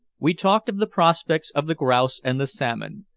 we talked of the prospects of the grouse and the salmon,